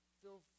feel